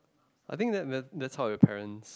I think that that that's how your parents